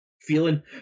feeling